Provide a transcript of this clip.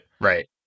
Right